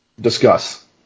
Discuss